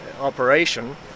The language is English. operation